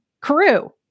crew